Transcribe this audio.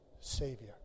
Savior